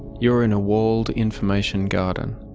you're in a walled information garden,